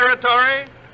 territory